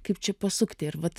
kaip čia pasukti ir vat